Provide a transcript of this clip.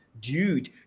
Dude